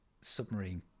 submarine